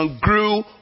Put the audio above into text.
grew